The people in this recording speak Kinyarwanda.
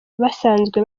basanzwe